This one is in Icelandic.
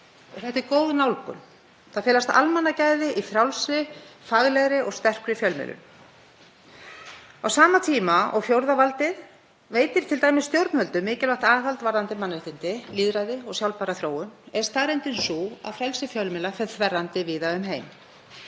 Það er góð nálgun. Það felast almannagæði í frjálsri, faglegri og sterkri fjölmiðlun. Á sama tíma og fjórða valdið veitir t.d. stjórnvöldum mikilvægt aðhald varðandi mannréttindi, lýðræði og sjálfbæra þróun er staðreyndin sú að frelsi fjölmiðla fer þverrandi víða um heim.